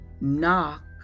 Knock